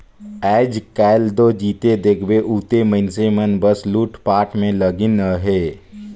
आएज काएल दो जिते देखबे उते मइनसे मन बस लूटपाट में लगिन अहे